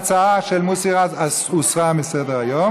עזר בדבר פתיחתם וסגירתם של עסקים בימי מנוחה),